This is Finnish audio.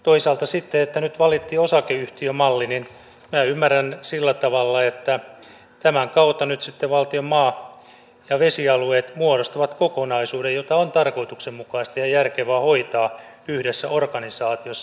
toisaalta sen että nyt valittiin osakeyhtiömalli minä ymmärrän sillä tavalla että tämän kautta sitten valtion maa ja vesialueet muodostavat kokonaisuuden jota on tarkoituksenmukaista ja järkevää hoitaa yhdessä organisaatiossa